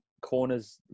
corners